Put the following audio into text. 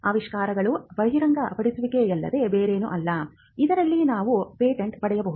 ಆವಿಷ್ಕಾರಗಳು ಬಹಿರಂಗಪಡಿಸುವಿಕೆಯಲ್ಲದೆ ಬೇರೇನೂ ಅಲ್ಲ ಇದರಲ್ಲಿ ನಾವು ಪೇಟೆಂಟ್ ಪಡೆಯಬಹುದು